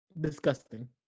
disgusting